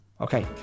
okay